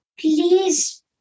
please